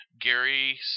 Gary